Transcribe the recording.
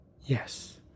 yes